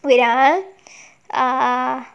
wait ah err